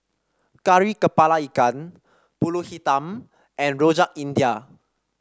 Kari kepala Ikan pulut hitam and Rojak India